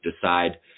decide